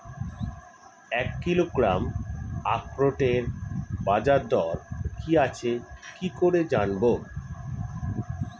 এক কিলোগ্রাম আখরোটের বাজারদর কি আছে কি করে জানবো?